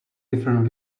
different